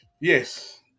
Yes